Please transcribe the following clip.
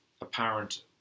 apparent